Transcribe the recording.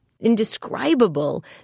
indescribable